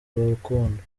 urukundo